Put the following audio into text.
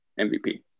MVP